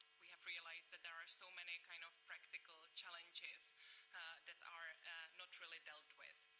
we have realized that there are so many kind of practical challenges that are not really dealt with.